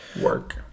work